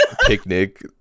picnic